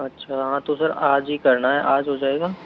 अच्छा हाँ तो सर आज ही करना है आज हो जाएगा